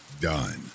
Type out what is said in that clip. done